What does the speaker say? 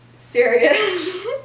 Serious